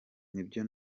nibyo